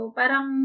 parang